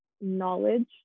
knowledge